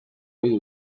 ohi